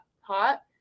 hot